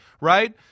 right